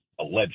Alleged